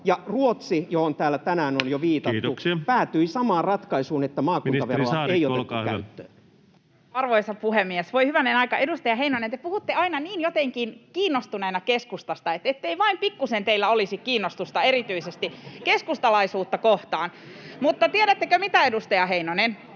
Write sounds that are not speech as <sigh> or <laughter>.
Ruotsi, johon täällä tänään on jo viitattu, [Puhemies huomauttaa ajasta] päätyi samaan ratkaisuun, että maakuntaveroa ei otettu käyttöön. Ministeri Saarikko, olkaa hyvä. Arvoisa puhemies! Voi hyvänen aika, edustaja Heinonen, te puhutte aina jotenkin niin kiinnostuneena keskustasta, että kunhan ei vain pikkuisen teillä olisi kiinnostusta erityisesti keskustalaisuutta kohtaan. <laughs> Mutta tiedättekö mitä, edustaja Heinonen?